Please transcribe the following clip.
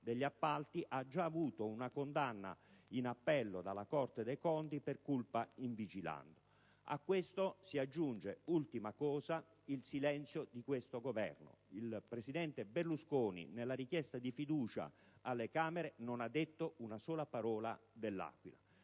degli appalti ha già avuto una condanna in appello dalla Corte dei conti per *culpa in vigilando*. A questo si aggiunge - ultima considerazione - il silenzio del Governo. Il presidente Berlusconi, nella richiesta di fiducia presentata alle Camere, non ha detto una sola parola in merito all'Aquila.